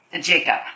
Jacob